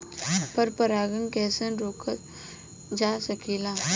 पर परागन कइसे रोकल जा सकेला?